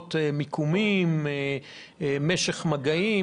לרבות מיקומים ומשך מגעים,